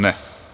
Ne.